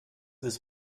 ist